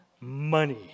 money